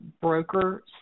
broker